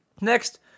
Next